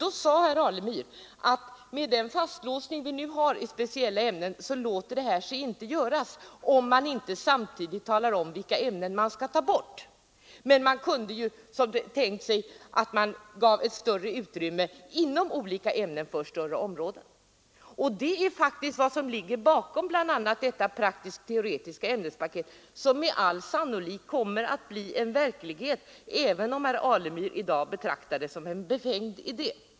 Då sade herr Alemyr, att med den fastlåsning vi nu har vid speciella ämnen låter sig denna tanke inte genomföras, om man inte samtidigt talar om vilka ämnen som skall tas bort. Men man kunde då i stället tänka sig att ge utrymme för större områden inom olika befintliga ämnen. Det är faktiskt denna tanke som ligger bakom bl.a. förslaget om det praktisktteoretiska ämnespaketet, som med all sannolikhet kommer att bli en verklighet, även om herr Alemyr i dag betraktar det som en befängd idé.